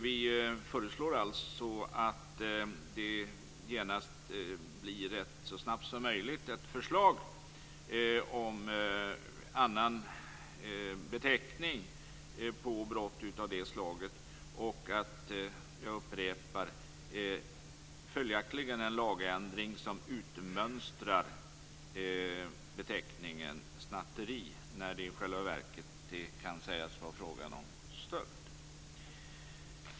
Vi föreslår alltså att det så snart som möjligt läggs fram ett förslag om en annan beteckning på brott av det slaget och en lagändring som utmönstrar beteckningen snatteri när det i själva verket kan sägas vara fråga om stöld.